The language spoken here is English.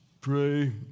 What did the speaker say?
pray